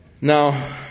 Now